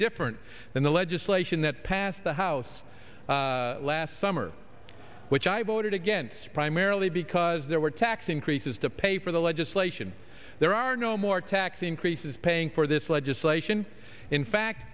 different than the legislation that passed the house last summer which i voted against primarily because there were tax increases to pay for the legislation there are no more tax increases paying for this legislation in fact